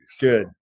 Good